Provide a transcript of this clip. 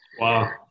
Wow